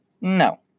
No